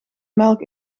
melk